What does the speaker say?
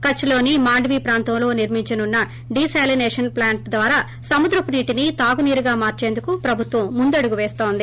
కచ్ లోని మాండ్యీ ప్రాంతంలో నిర్మించనున్న డీసాలిసేషన్ ప్లాంట్ ద్వారా సముద్రపు నీటిని తాగునీరుగా మార్సేందుకు ప్రభుత్వం ముందడుగు పేస్తోంది